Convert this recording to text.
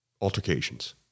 altercations